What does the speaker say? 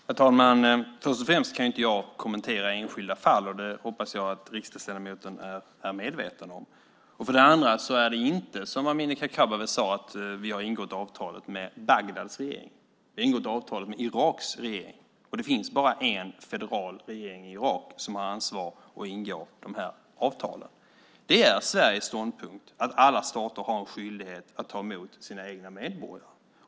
Herr talman! För det första kan jag inte kommentera enskilda fall, och det hoppas jag att riksdagsledamoten är medveten om. För det andra har vi inte, som Amineh Kakabaveh sade, ingått avtalet med Bagdads regering. Vi har ingått avtalet med Iraks regering. Och det finns bara en federal regering i Irak som har ansvar och ingår de här avtalen. Det är Sveriges ståndpunkt att alla stater har en skyldighet att ta emot sina egna medborgare.